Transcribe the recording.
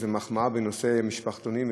איזו מחמאה בנושא משפחתונים,